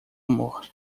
amor